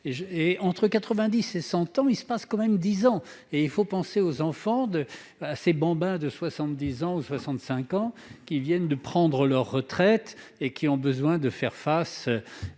Entre 90 ans et 100 ans, il se passe tout de même dix ans. Il faut penser aux enfants, ces « bambins » de 70 ans ou 65 ans qui viennent de prendre leur retraite et qui ont besoin de faire face